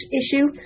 issue